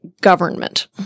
government